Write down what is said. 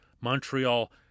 Montreal